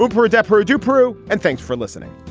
um for adepero to peru. and thanks for listening